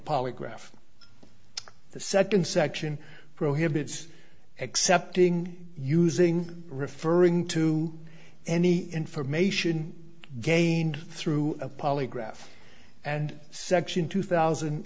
polygraph the second section prohibits accepting using referring to any information gained through a polygraph and section two thousand